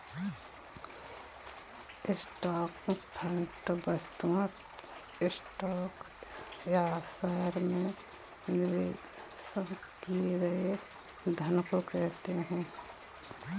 stock fund वस्तुतः stock या शहर में निवेश किए गए धन को कहते हैं